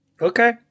Okay